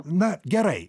na gerai